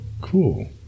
Cool